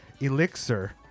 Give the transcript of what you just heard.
elixir